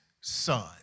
son